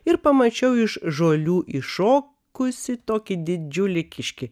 ir pamačiau iš žolių iššokusį tokį didžiulį kiškį